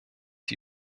die